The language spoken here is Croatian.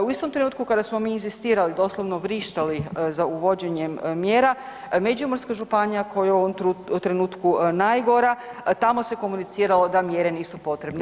U istom trenutku kada smo mi inzistirali, doslovno vrištali za uvođenjem mjera Međimurska županija koja je u ovom trenutku najgora tamo se komuniciralo da mjere nisu potrebne.